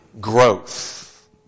growth